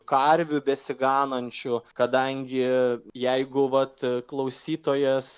karvių besiganančių kadangi jeigu vat klausytojas